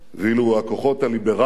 ואילו הכוחות הליברליים,